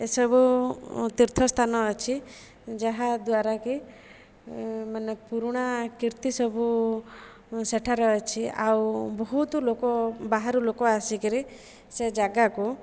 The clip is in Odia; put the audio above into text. ଏସବୁ ତୀର୍ଥସ୍ଥାନ ଅଛି ଯାହାଦ୍ୱାରା କି ମାନେ ପୁରୁଣା କୀର୍ତ୍ତି ସବୁ ସେଠାରେ ଅଛି ଆଉ ବହୁତ ଲୋକ ବାହାରୁ ଲୋକ ଆସିକରି ସେ ଜାଗାକୁ